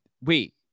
wait